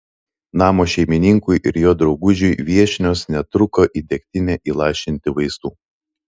namo šeimininkui ir jo draugužiui viešnios netruko į degtinę įlašinti vaistų